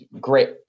Great